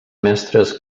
mestres